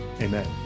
amen